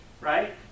right